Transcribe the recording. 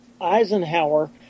Eisenhower